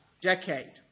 decade